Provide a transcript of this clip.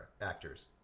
actors